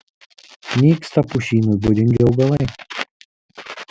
nyksta pušynui būdingi augalai